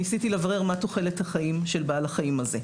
ניסיתי לברר מה תוחלת החיים של בעל החיים הזה.